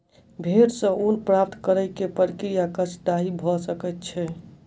भेड़ सॅ ऊन प्राप्त करै के प्रक्रिया कष्टदायी भ सकै छै